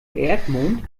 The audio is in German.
erdmond